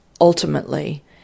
ultimately